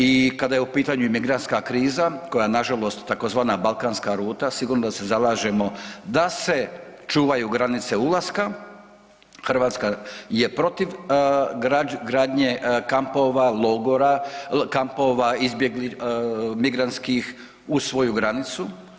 I kada je u pitanju i migrantska kriza koja je nažalost tzv. balkanska ruta sigurno da se zalažemo da se čuvaju granice ulaska, Hrvatska je protiv gradnje kampova, logora, kampova migrantskih uz svoju granicu.